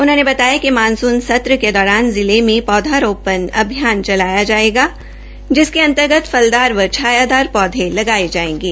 उन्होंने बताया कि मानसुन सत्र के दौरान जिले में पौधारोपण अभियान चलाया जायेगा जिसके अंतर्गत फलदार व छायादार पौधे लगाये जायेंगे